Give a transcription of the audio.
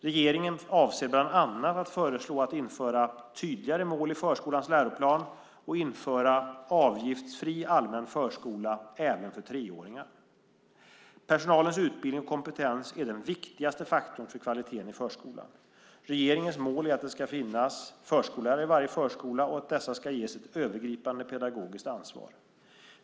Regeringen avser bland annat att föreslå att införa tydligare mål i förskolans läroplan och införa avgiftsfri allmän förskola även för treåringar. Personalens utbildning och kompetens är den viktigaste faktorn för kvaliteten i förskolan. Regeringens mål är att det ska finnas förskollärare i varje förskola och att dessa ska ges ett övergripande pedagogiskt ansvar.